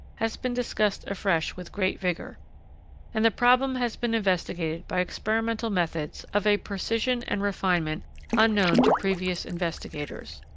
has been discussed afresh with great vigor and the problem has been investigated by experimental methods of a precision and refinement unknown to previous investigators.